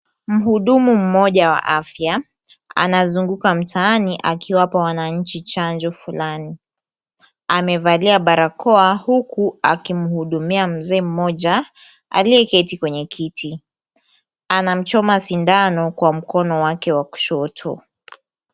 Mhudumu mmoja wa afya anazunguka mtaani akiwapa wananchi chanjo fulani. Amevalia barakoa huku akimhudumia mzee mmoja aliyeketi kwenye kiti. Anamchoma sindano kwa mkono wake wa kushoto.